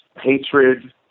hatred